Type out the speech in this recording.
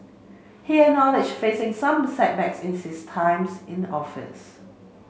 he acknowledged facing some setbacks in his times in office